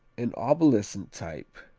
an obsolescent type,